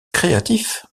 créatif